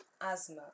asthma